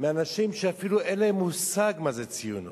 מאנשים שאפילו אין להם מושג מה זה ציונות.